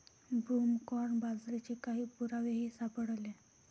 broomcorn बाजरीचे काही पुरावेही सापडले